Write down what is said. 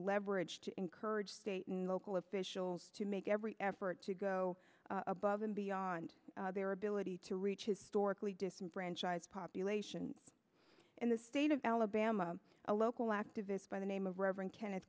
leverage to encourage state and local officials to make every effort to go above and beyond their ability to reach historically disenfranchised population in the state of alabama a local activist by the name of reverend kennet